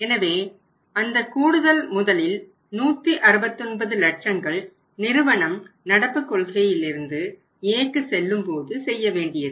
எனவே அந்த கூடுதல் முதலில் 169 லட்சங்கள் நிறுவனம் நடப்பு கொள்கையிலிருந்து Aக்கு செல்லும்போது செய்யவேண்டியது